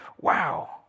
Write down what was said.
wow